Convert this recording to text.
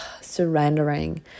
surrendering